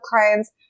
clients